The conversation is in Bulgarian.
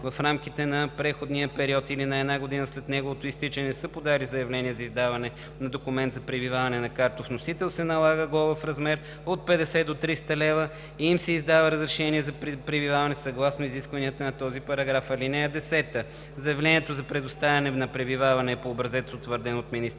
в рамките на преходния период или на една година след неговото изтичане не са подали заявление за издаване на документ за пребиваване на картов носител, се налага глоба в размер от 50 до 300 лв. и им се издава разрешение за пребиваване съгласно изискванията на този параграф. (10) Заявлението за предоставяне на пребиваване е по образец, утвърден от министъра